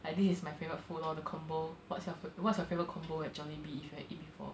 like this is my favorite food lor the combo what's your what's your favorite combo at Jollibee if you have eat before